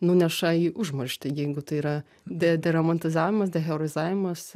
nuneša į užmarštį jeigu tai yra de deromantizavimas deheroizavimas